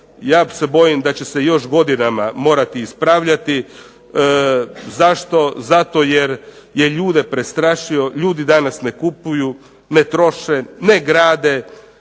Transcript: ja se bojim da će se još godinama morati ispravljati. Zašto? Zato jer je ljude prestrašio, ljudi danas ne kupuju, ne troše, ne grade,